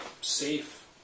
safe